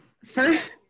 first